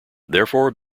therefore